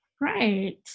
Right